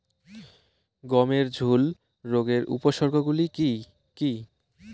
গমের ঝুল রোগের উপসর্গগুলি কী কী?